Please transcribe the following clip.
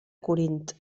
corint